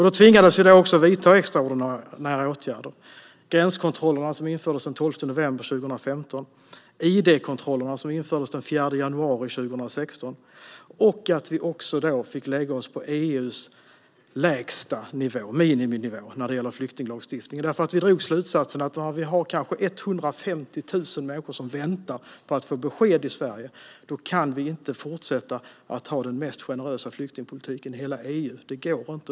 Vi tvingades då att vidta extraordinära åtgärder. Gränskontrollerna infördes den 12 november 2015, och id-kontrollerna infördes den 4 januari 2016. Vi fick då också lägga oss på EU:s lägstanivå, miniminivå, när det gäller flyktinglagstiftningen. Vi drog slutsatsen att när vi kanske har 150 000 människor som väntar på att få besked i Sverige kan vi inte fortsätta att ha den mest generösa flyktingpolitiken i hela EU. Det går inte.